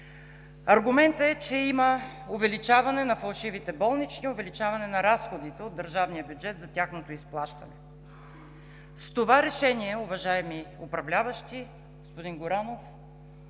Аргументът е, че има увеличаване на фалшивите болнични, увеличаване на разходите от държавния бюджет за тяхното изплащане. С това решение, уважаеми управляващи, господин Горанов,